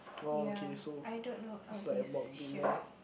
ya I don't know oh he's here